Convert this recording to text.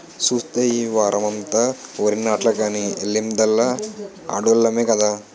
సూస్తే ఈ వోరమంతా వరినాట్లకని ఎల్లిందల్లా ఆడోల్లమే కదా